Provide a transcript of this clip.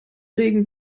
regen